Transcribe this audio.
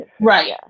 Right